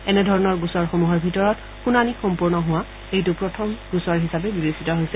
এনেধৰণৰ গোচৰসমূহৰ ভিতৰত শুনানী সম্পূৰ্ণ হোৱা এইটো প্ৰথম গোচৰ হিচাপে বিবেচিত হৈছে